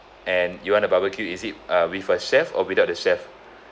and you want a barbecue is it uh with a chef or without the chef